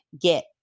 get